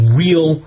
real